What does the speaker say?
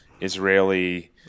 Israeli